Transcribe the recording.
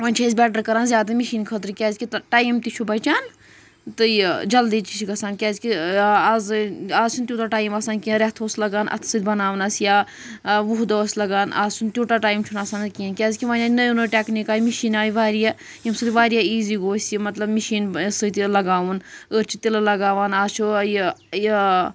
وونۍ چھِ أسۍ بیٹر کَران زیادٕ مِشین خٲطرٕ کیازِ کہِ ٹایِم تہِ چھُ بَچان تہٕ یہِ جلدی تہِ چھِ گَژھان کیازِ کہِ اَز اَز چھُنہٕ تیوتاہ ٹایِم آسان کیٚنٛہہ رٮ۪تھ اوس لَگان اَتھہٕ سۭتۍ بناونَس یا وُہہ دۄہ ٲسۍ لَگان اَز چھُنہٕ تیوتاہ ٹایِم چھُنہٕ آسان کیٚںٛہہ کیازِ کہِ وونۍ آیہِ نٔو نٔو ٹٮ۪کنیٖک آیہِ مِشیٖن آیہِ واریاہ ییمہِ سۭتۍ واریاہ ایزی گوٚو اَسہِ یہِ مطلب مِشیٖنہٕ سۭتۍ لَگاوُن أڑۍ چھِ تِلہٕ لَگاوان اَز چھُ یہِ یہِ